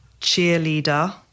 cheerleader